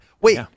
Wait